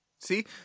See